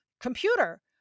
computer